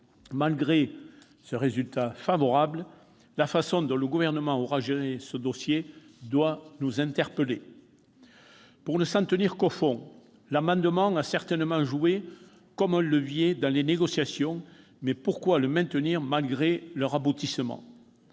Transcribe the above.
Malgré ce résultat favorable, la façon dont le Gouvernement a géré ce dossier doit nous interpeller. Sur le fond, si l'amendement a certainement joué comme un levier dans les négociations, pourquoi le maintenir malgré l'aboutissement